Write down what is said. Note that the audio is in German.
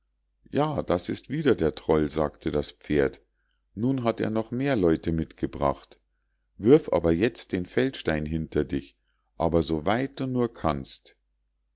ja das ist wieder der troll sagte das pferd nun hat er noch mehr leute mitgebracht wirf aber jetzt den feldstein hinter dich aber so weit du nur kannst